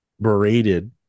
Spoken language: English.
berated